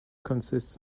consists